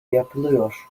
yapılıyor